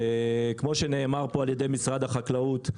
כמו שנאמר פה על-ידי משרד החקלאות,